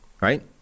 right